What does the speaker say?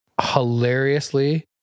hilariously